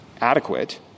adequate